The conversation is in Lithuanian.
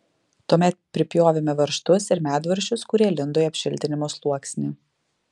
tuomet pripjovėme varžtus ir medvaržčius kurie lindo į apšiltinimo sluoksnį